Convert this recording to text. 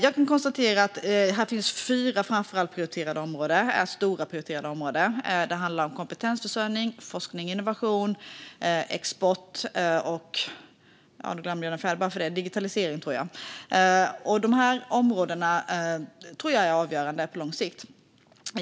Jag kan konstatera att här finns fyra stora prioriterade områden. Det handlar om kompetensförsörjning, forskning och innovation, export och - nu glömde jag den fjärde - digitalisering, tror jag. De här områdena tror jag är avgörande på lång sikt.